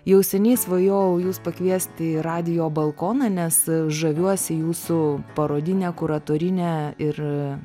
jau seniai svajojau jus pakviesti į radijo balkoną nes žaviuosi jūsų parodine kuratorine ir